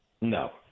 No